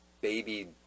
baby